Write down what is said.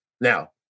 Now